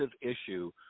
issue